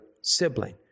sibling